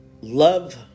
love